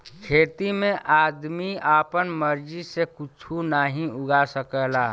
खेती में आदमी आपन मर्जी से कुच्छो नाहीं उगा सकला